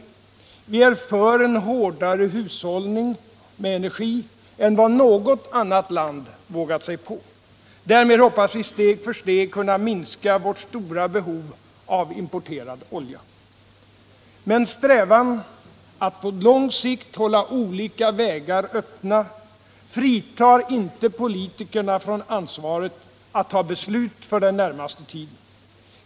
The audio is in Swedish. Vi är för en hårdare hushållning med energi än vad något annat land vågat sig på. Därmed hoppas vi steg för steg kunna minska vårt stora behov av importerad olja. Men strävan att på lång sikt hålla olika vägar öppna fritar inte politikerna från ansvaret att ta beslut för den närmaste tiden.